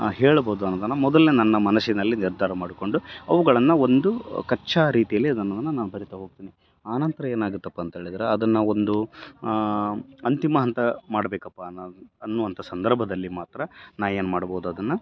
ಹೇಳ್ಬೋದು ಅನ್ನೋದನ್ನು ಮೊದಲೇ ನನ್ನ ಮನಸ್ಸಿನಲ್ಲಿ ನಿರ್ಧಾರ ಮಾಡ್ಕೊಂಡು ಅವುಗಳನ್ನು ಒಂದು ಕಚ್ಚಾ ರೀತಿಯಲ್ಲಿ ಅದನ್ನು ನಾವು ಬರೀತ ಹೋಗ್ತೀನಿ ಆ ನಂತರ ಏನಾಗತ್ತಪ್ಪ ಅಂತೇಳಿದ್ರೆ ಅದನ್ನು ಒಂದು ಅಂತಿಮ ಹಂತ ಮಾಡ್ಬೇಕಪ್ಪ ಅನ್ನೋದು ಅನ್ನುವಂಥ ಸಂದರ್ಭದಲ್ಲಿ ಮಾತ್ರ ನಾ ಏನು ಮಾಡ್ಬೋದು ಅದನ್ನು